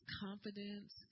confidence